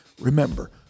Remember